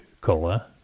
Cola